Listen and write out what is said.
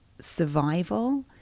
survival